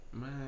Man